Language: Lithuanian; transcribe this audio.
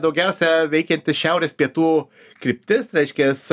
daugiausia veikianti šiaurės pietų kryptis reiškias